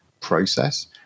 process